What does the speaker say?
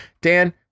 Dan